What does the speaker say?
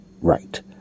right